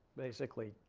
basically.